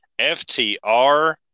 FTR-